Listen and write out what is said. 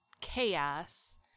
chaos